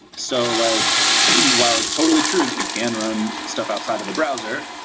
so like while it's totally true that you can run stuff outside of the browser,